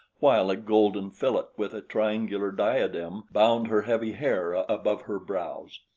while a golden fillet with a triangular diadem bound her heavy hair above her brows.